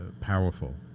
powerful